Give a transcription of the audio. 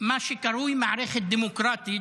כך מה שקרוי "מערכת דמוקרטית",